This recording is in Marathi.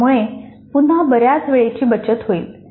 यामुळे पुन्हा बऱ्याच वेळेची बचत होईल